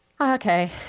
Okay